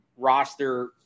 roster